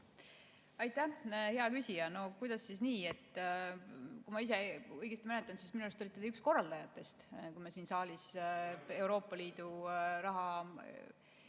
Aitäh, hea küsija! No kuidas siis nii! Kui ma õigesti mäletan, siis minu arust olite te üks korraldajatest, kui me siin saalis Euroopa Liidu raha